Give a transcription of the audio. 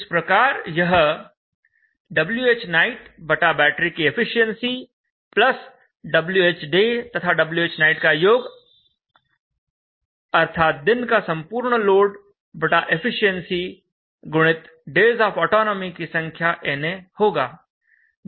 इस प्रकार यह Whnight बटा बैटरी की एफिशिएंसी प्लस Whday तथा Whnight का योग अर्थात दिन का संपूर्ण लोड बटा एफिशिएंसी गुणित डेज ऑफ ऑटोनोमी की संख्या na होगा